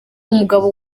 umugabo